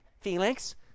Felix